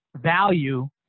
value